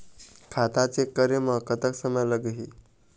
खाता चेक करे म कतक समय लगही?